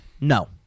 No